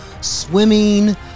swimming